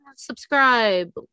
subscribe